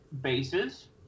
bases